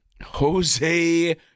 Jose